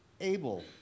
able